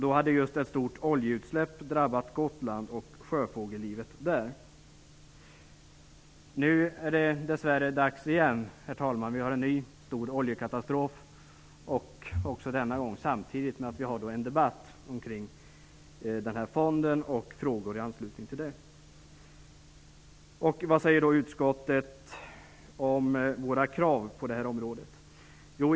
Då hade just ett stort oljeutsläpp drabbat Gotland och sjöfågellivet där. Nu är det dess värre dags igen, herr talman. Vi har en ny stor oljekatastrof, också denna gång samtidigt med att vi har en debatt om den här fonden och frågor i anslutning till den. Vad säger då utskottet om våra krav på det här området?